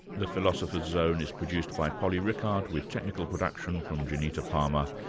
the philosopher's zone is produced by polly rickard with technical production from janita palmer,